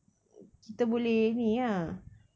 kita boleh ni ah